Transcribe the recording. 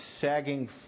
sagging